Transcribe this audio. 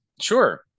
sure